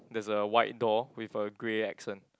there's a white door with a grey accent